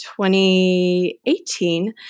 2018